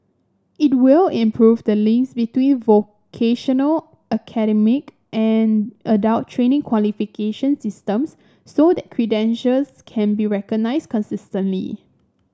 it will improve the links between vocational and adult training qualification systems so that credentials can be recognised consistently